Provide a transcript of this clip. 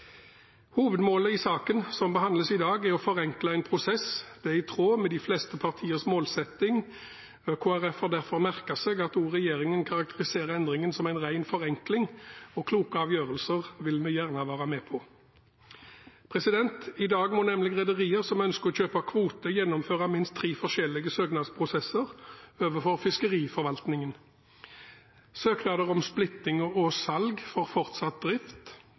Hovedmålet i saken som behandles i dag, er å forenkle en prosess. Det er i tråd med de fleste partiers målsetting. Kristelig Folkeparti har derfor merket seg at også regjeringen karakteriserer endringen som en ren forenkling. Kloke avgjørelser vil vi gjerne være med på. I dag må nemlig rederier som ønsker å kjøpe kvoter, gjennomføre minst tre forskjellige søknadsprosesser overfor fiskeriforvaltningen: søknader om splitting og salg for fortsatt drift